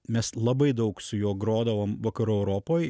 mes labai daug su juo grodavom vakarų europoj